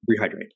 Rehydrate